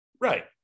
right